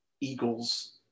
eagles